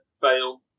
fail